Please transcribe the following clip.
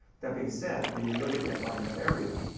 that being said, when you look at that route in that area,